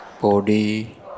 body